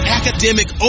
academic